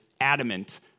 adamant